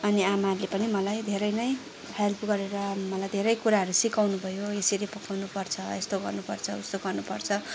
अनि आमाले पनि मलाई धेरै नै हेल्प गरेर मलाई धेरै कुराहरू सिकाउनु भयो यसरी पकाउनु पर्छ यस्तो गर्नु पर्छ उस्तो गर्नु पर्छ